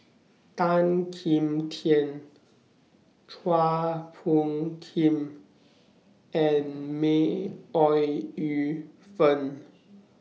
Tan Kim Tian Chua Phung Kim and May Ooi Yu Fen